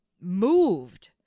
moved